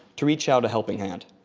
to reach out a helping hand.